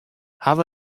hawwe